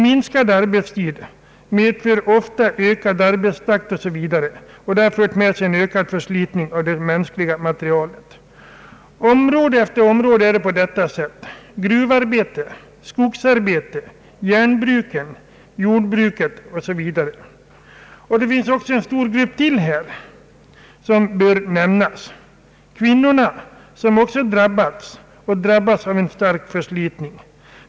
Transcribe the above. Minskad arbetstid medför ofta ökad arbetstakt och ökad förslitning av det mänskliga materialet. På område efter område är det på samma sätt — gruvor, skogsbruk, järnbruk, jordbruk osv. Det finns ytterligare en stor grupp, nämligen kvinnorna, som drabbas av stark förslitning.